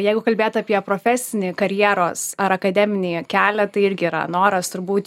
jeigu kalbėt apie profesinį karjeros ar akademinį kelia tai irgi yra noras turbūt